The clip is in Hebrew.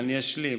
אשלים: